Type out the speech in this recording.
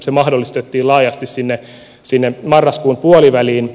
se mahdollistettiin laajasti sinne marraskuun puoliväliin